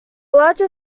larger